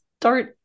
start